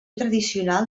tradicional